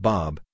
Bob